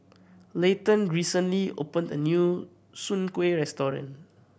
Leighton recently opened a new soon kway restaurant